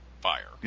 Fire